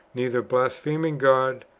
neither blaspheming god,